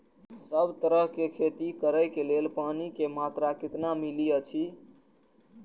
सब तरहक के खेती करे के लेल पानी के मात्रा कितना मिली अछि?